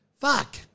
Fuck